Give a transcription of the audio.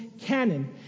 canon